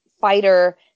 fighter